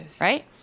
Right